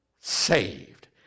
saved